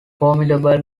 formidable